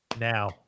now